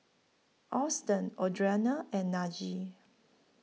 Auston Audriana and Najee